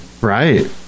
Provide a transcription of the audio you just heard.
Right